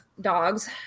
dogs